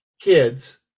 kids